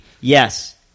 Yes